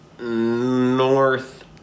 north